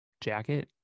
jacket